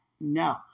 No